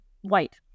white